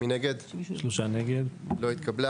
2 נגד, 3 נמנעים, 0 הרביזיה לא התקבלה.